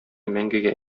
мәңгегә